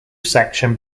section